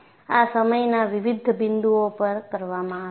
આ સમયના વિવિધ બિંદુઓ પર કરવામાં આવે છે